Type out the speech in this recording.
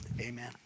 Amen